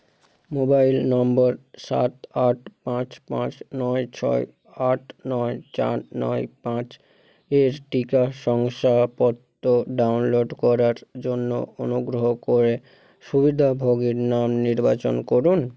mobile নম্বর সাত আট পাঁচ পাঁচ নয় ছয় আট নয় চার নয় পাঁচ এর টিকা শংসাপত্র ডাউনলোড করার জন্য অনুগ্রহ করে সুবিধাভোগীর নাম নির্বাচন করুন